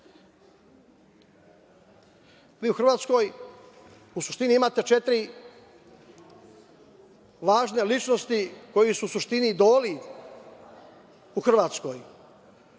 u Hrvatskoj u suštini imate četiri važne ličnosti koji su u suštini idoli u Hrvatskoj.